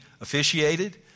officiated